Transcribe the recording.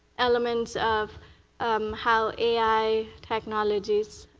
elements of um how ai technologies,